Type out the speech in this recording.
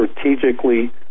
strategically